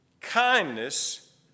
kindness